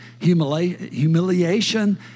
humiliation